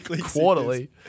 quarterly